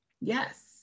Yes